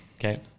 Okay